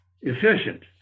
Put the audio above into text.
efficient